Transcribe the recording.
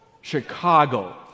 Chicago